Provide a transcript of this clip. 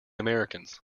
americans